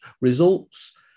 Results